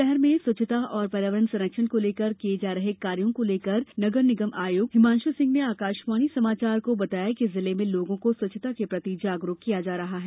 शहर में स्वच्छता और पर्यावरण संरक्षण को लेकर किये जा रहे कार्यो को लेकर नगर निगम आयुक्त हिमांशु सिंह ने आकाशवाणी समाचार को बताया है कि जिले में लोगों को स्वच्छता के प्रति जागरुक किया जा रहा है